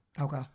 Okay